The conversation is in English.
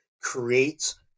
creates